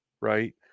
right